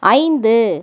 ஐந்து